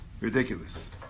Ridiculous